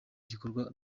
gikorwa